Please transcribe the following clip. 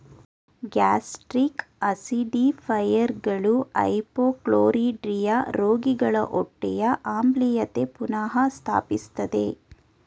gastric ಆಸಿಡಿಫೈಯರ್ಗಳು hypochlorhydria ರೋಗಿಯ ಹೊಟ್ಟೆಯ ಆಮ್ಲೀಯತೆ ಪುನಃ ಸ್ಥಾಪಿಸ್ತದೆ